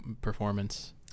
performance